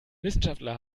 wissenschaftler